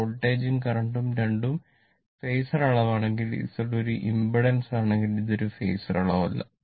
വോൾട്ടേജും കറന്റും രണ്ടും ഫാസർ അളവാണെങ്കിൽ Z ഒരു ഇംപെഡൻസ് ആണെങ്കിൽ അത് ഒരു ഫേസർ അളവല്ല